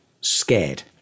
scared